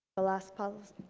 the last policy